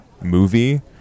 movie